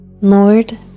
Lord